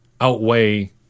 outweigh